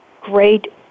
great